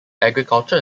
agriculture